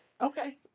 Okay